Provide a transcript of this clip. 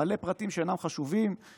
מלא פרטים שאינם חשובים,